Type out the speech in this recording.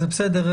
זה בסדר,